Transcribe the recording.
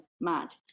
mad